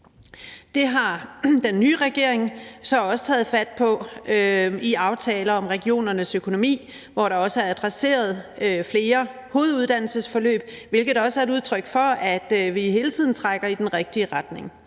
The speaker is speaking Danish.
Det har den nye regering så også taget fat på i aftaler om regionernes økonomi, hvor der også er adresseret flere hoveduddannelsesforløb, hvilket også er et udtryk for, at vi hele tiden trækker i den rigtige retning.